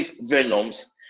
venoms